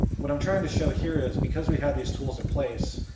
what i'm trying to show here is, because we had these tools in place,